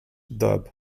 dub